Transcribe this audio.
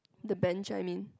the bench I mean